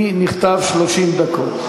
לי נכתב 30 דקות.